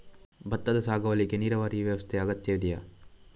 ಭತ್ತದ ಸಾಗುವಳಿಗೆ ನೀರಾವರಿ ವ್ಯವಸ್ಥೆ ಅಗತ್ಯ ಇದೆಯಾ?